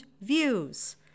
views